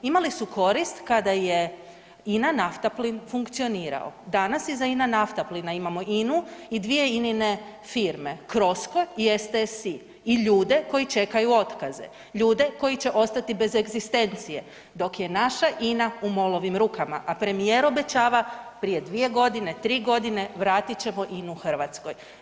Imali su korist kada je INA NAFTAPLIN funkcionirao, danas iza INA NAFTAPLINA imamo INA-u i dvije INA-ine firme, CROSCO i STSI i ljude koji čekaju otkaze, ljude koji će ostati bez egzistencije dok je naša INA u MOL-ovim rukama, a premijer obećava prije 2.g., 3.g. vratit ćemo INA-u Hrvatskoj.